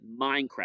Minecraft